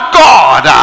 god